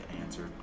answer